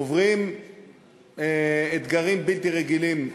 עוברים אתגרים בלתי רגילים.